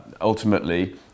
ultimately